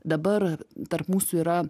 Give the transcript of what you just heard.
dabar tarp mūsų yra